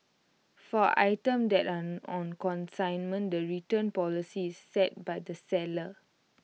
for items that aren't on consignment the return policy set by the seller